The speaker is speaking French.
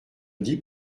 dis